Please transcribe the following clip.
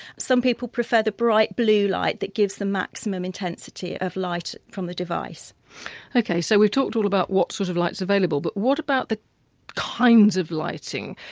some people prefer the bright blue light that gives the maximum intensity of light from the device okay, so we've talked all about what sort of light's available but what about the kinds of lighting?